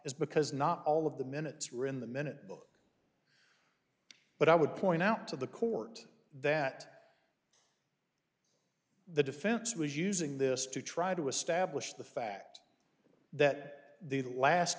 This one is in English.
is because not all of the minutes ruin the minute book but i would point out to the court that the defense was using this to try to establish the fact that the last